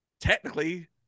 technically